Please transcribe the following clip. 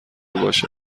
باشه